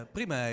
Prima